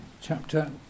chapter